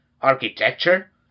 architecture